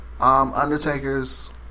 Undertaker's